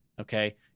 Okay